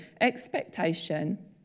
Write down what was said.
expectation